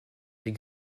des